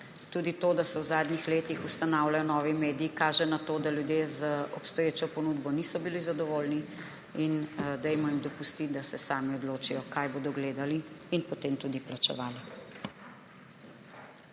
Tudi to, da se v zadnjih letih ustanavljajo novi mediji, kaže na to, da ljudje z obstoječo ponudbo niso bili zadovoljni. Dajmo jim dopustiti, da se sami odločijo, kaj bodo gledali in potem tudi plačevali.